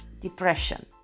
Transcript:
depression